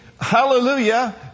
hallelujah